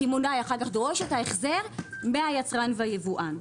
הקמעונאי דורש אחר כך את ההחזר מהיצרן והיבואן.